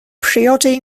priodi